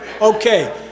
Okay